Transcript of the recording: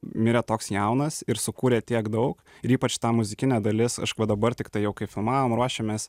mirė toks jaunas ir sukūrė tiek daug ir ypač ta muzikinė dalis aš va dabar tiktai jau kai filmavom ruošėmės